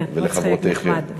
כן, מצחיק, נחמד.